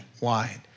wide